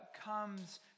comes